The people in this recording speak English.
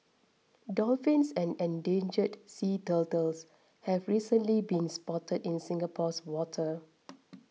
dolphins and endangered sea turtles have recently been spotted in Singapore's water